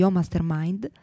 Mastermind